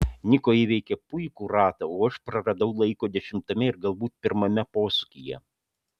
niko įveikė puikų ratą o aš praradau laiko dešimtame ir galbūt pirmame posūkyje